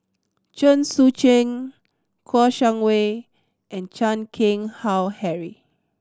Chen Sucheng Kouo Shang Wei and Chan Keng Howe Harry